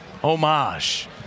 homage